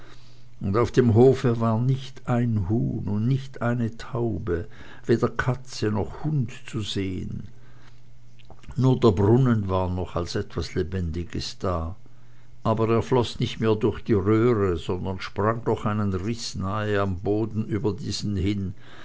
wasserpfuscherei auf dem hofe war nicht ein huhn und nicht eine taube weder katze noch hund zu sehen nur der brunnen war noch als etwas lebendiges da aber er floß nicht mehr durch die röhre sondern sprang durch einen riß nahe am boden über diesen hin